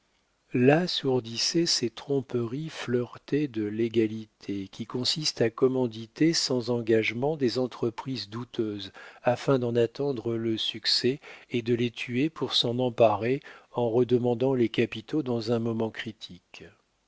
là s'ourdissaient ces tromperies fleuretées de légalité qui consistent à commanditer sans engagement des entreprises douteuses afin d'en attendre le succès et de les tuer pour s'en emparer en redemandant les capitaux dans un moment critique